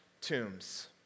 tombs